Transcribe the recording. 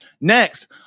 next